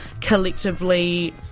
collectively